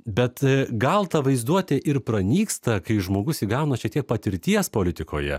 bet gal ta vaizduotė ir pranyksta kai žmogus įgauna šiek tiek patirties politikoje